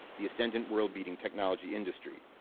the ascendant world-beating technology industry.